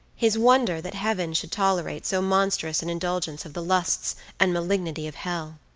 his wonder that heaven should tolerate so monstrous an indulgence of the lusts and malignity of hell.